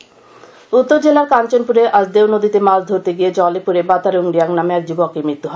police উত্তর জেলার কাঞ্চনপুরে আজ দেও নদীতে মাছ ধরতে গিয়ে জলে পড়ে বাতারুং রিয়াং নামে এক সুবকের মৃত্যু হয়েছে